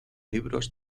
libros